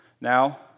now